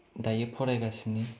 दायो फरायगासिनो